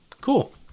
Cool